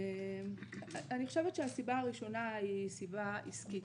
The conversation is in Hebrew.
אני חושבת שהסיבה הראשונה היא סיבה עסקית.